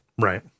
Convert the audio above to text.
Right